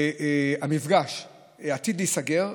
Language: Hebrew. המפגש עתיד להיסגר,